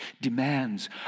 demands